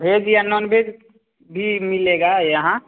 भेज या non veg भी मिलेगा यहाँ